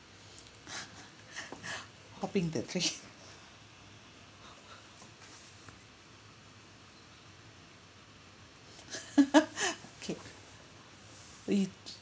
hoping the ques~ okay we